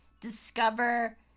Discover